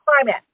climate